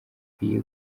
akwiye